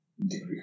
degree